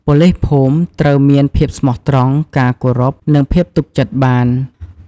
ប៉ូលីសភូមិត្រូវមាន ភាពស្មោះត្រង់ ការគោរព និងភាពទុកចិត្តបាន។